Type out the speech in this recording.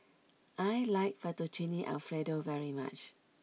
I like Fettuccine Alfredo very much